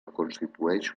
constitueix